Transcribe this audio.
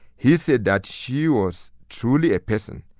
he said that she was truly a person,